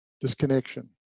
disconnection